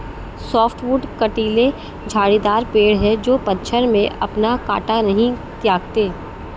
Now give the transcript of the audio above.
softwood कँटीले झाड़ीदार पेड़ हैं जो पतझड़ में अपना काँटा नहीं त्यागते